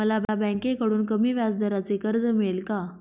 मला बँकेकडून कमी व्याजदराचे कर्ज मिळेल का?